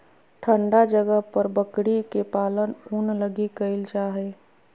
ठन्डा जगह पर बकरी के पालन ऊन लगी कईल जा हइ